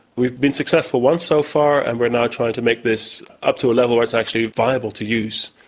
we've been successful once so far and we're now trying to make this up to a level where it's actually viable to use.